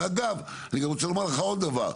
ואגב אני רוצה לומר לך עוד דבר,